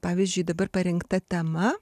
pavyzdžiui dabar parinkta tema